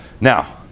Now